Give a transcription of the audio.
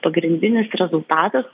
pagrindinis rezultatas